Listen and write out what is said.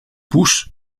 bus